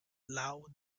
lough